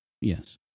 Yes